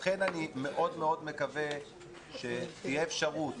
לכן אני מאוד מאוד מקווה שתהיה אפשרות